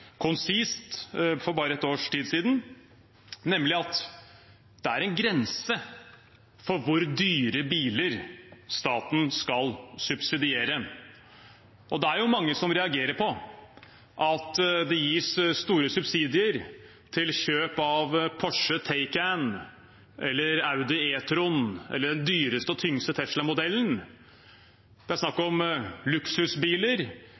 konsist for bare ett års tid siden, nemlig at det er en grense for hvor dyre biler staten skal subsidiere. Og det er jo mange som reagerer på at det gis store subsidier til kjøp av Porsche Taycan, Audi e-tron eller den dyreste og tyngste Tesla-modellen. Det er snakk om luksusbiler